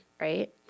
right